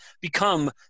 become